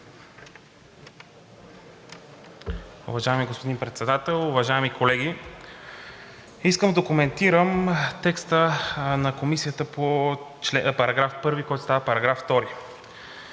Уважаеми господин Председател, уважаеми колеги, искам да коментирам текста на Комисията по § 1, която става § 2.